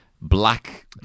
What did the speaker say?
black